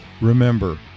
Remember